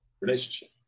relationship